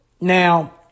Now